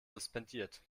suspendiert